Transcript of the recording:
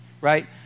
right